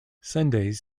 sundays